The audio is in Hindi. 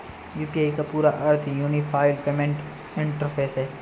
यू.पी.आई का पूरा अर्थ यूनिफाइड पेमेंट इंटरफ़ेस है